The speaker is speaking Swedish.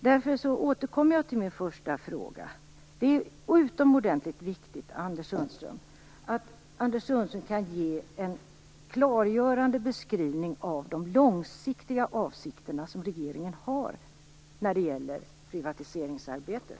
Därför återkommer jag till min första fråga. Det är utomordentligt viktigt, Anders Sundström, att Anders Sundström kan ge en klargörande beskrivning av de långsiktiga avsikter som regeringen har i privatiseringsarbetet.